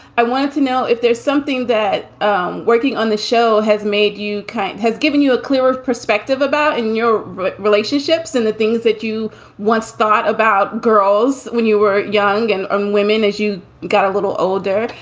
i wanted to know if there's something that working on the show has made you. kind of has given you a clearer perspective about in your relationships and the things that you once thought about girls when you were young and and women as you got a little older.